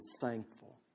thankful